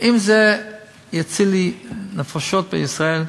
אם זה יציל לי נפשות בישראל,